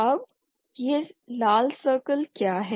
अब ये लाल सर्कल क्या हैं